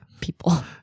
People